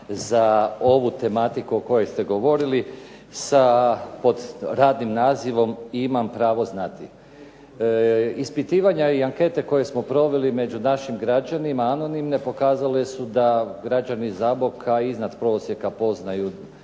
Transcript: za ovu tematiku o kojoj ste govorili sa radnim nazivom "Imam pravo znati". Ispitivanja i ankete koje smo proveli među našim građanima anonimne pokazale su da građani Zaboka iznad prosjeka poznaju